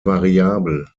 variabel